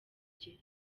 rye